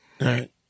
Right